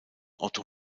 otto